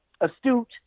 astute